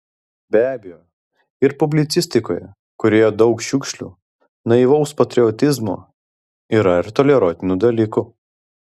be abejo ir publicistikoje kurioje daug šiukšlių naivaus patriotizmo yra ir toleruotinų dalykų